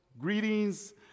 greetings